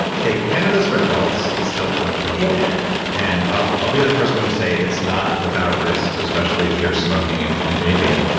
okay, cannabis for adults is still controversial. and i'll i'll be the first one to say, it's not without risks, especially if you're smoking and and vaping,